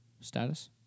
status